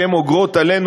שהן אוגרות עלינו,